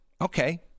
Okay